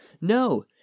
No